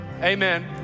Amen